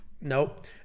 Nope